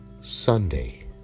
Sunday